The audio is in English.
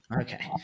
Okay